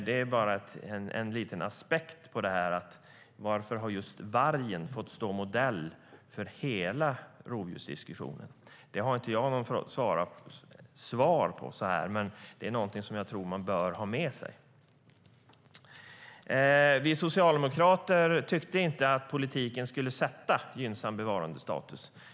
Det är bara en liten aspekt på frågan varför just vargen har fått stå modell för hela rovdjursdiskussionen. Det har inte jag något svar på. Men det är någonting som jag tror att man bör ha med sig. Vi socialdemokrater tyckte inte att politiken skulle slå fast en gynnsam bevarandestatus.